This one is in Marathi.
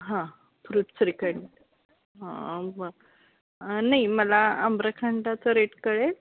हां फ्रूट श्रीखंड हां नाही मला आम्रखंडाचं रेट कळेल